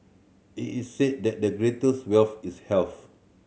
it is said that the greatest wealth is health